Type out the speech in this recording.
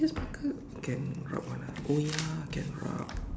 this marker can rub [one] ah oh ya can rub